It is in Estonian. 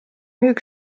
müük